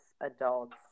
adults